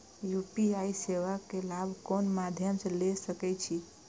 UPI सेवा के लाभ कोन मध्यम से ले सके छी?